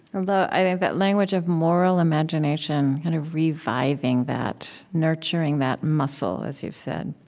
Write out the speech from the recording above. and i think that language of moral imagination and reviving that, nurturing that muscle, as you've said,